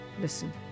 listen